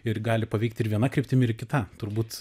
ir gali paveikt ir viena kryptimi ir kita turbūt